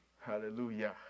Hallelujah